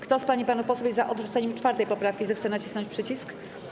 Kto z pań i panów posłów jest za odrzuceniem 4. poprawki, zechce nacisnąć przycisk.